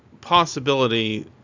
possibility